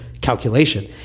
calculation